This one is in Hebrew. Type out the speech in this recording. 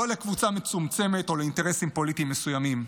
לא לקבוצה מצומצמת או לאינטרסים פוליטיים מסוימים.